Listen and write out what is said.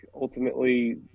ultimately